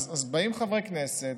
אז באים חברי כנסת,